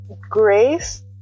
grace